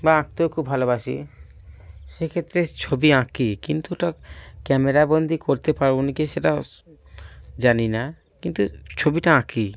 বা আঁকতেও খুব ভালোবাসি সেই ক্ষেত্রে ছবি আঁকি কিন্তু ওটা ক্যামেরাবন্দি করতে পারব না কি সেটা জানি না কিন্তু ছবিটা আঁকি